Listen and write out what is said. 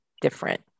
different